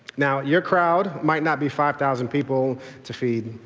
now your crowd might not be five thousand people to feed.